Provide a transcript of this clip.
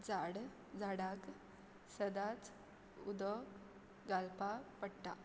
झाड झाडाक सदांच उदक घालपा पडटा